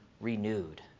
renewed